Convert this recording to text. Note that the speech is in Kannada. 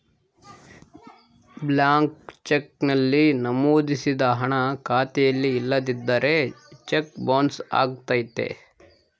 ಬ್ಲಾಂಕ್ ಚೆಕ್ ನಲ್ಲಿ ನಮೋದಿಸಿದ ಹಣ ಖಾತೆಯಲ್ಲಿ ಇಲ್ಲದಿದ್ದರೆ ಚೆಕ್ ಬೊನ್ಸ್ ಅಗತ್ಯತೆ